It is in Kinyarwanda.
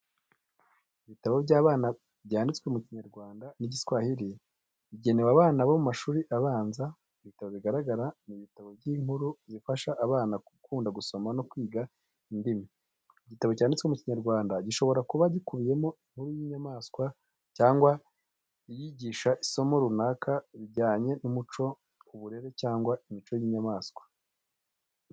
Ibitabo by’abana byanditswe mu Kinyarwanda na Kiswahili bigenewe abana bo mu mashuri abanza. Ibitabo bigaragara ni ibitabo by’inkuru zifasha abana gukunda gusoma no kwiga indimi. Igitabo cyanditse mu Kinyarwanda gishobora kuba gikubiyemo inkuru y’inyamaswa cyangwa iyigisha isomo runaka bijyanye n’umuco, uburere cyangwa imico y’inyamaswa.